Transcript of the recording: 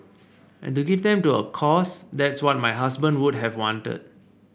and to give them to a cause that's what my husband would have wanted